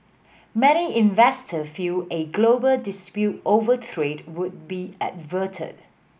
many investor feel a global dispute over trade would be averted